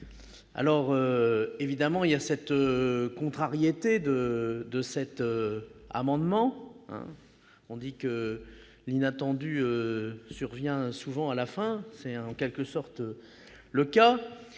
par évoquer la contrariété due à cet amendement. On dit que l'inattendu survient souvent à la fin. C'est en quelque sorte le cas